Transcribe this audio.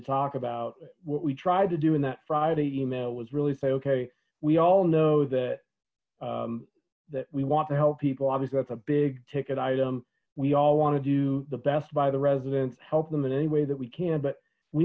to talk about what we tried to do in that friday email was really say okay we all know that that we want to help people obviously that's a big ticket item we all want to do the best by the residents help them in any way that we can but we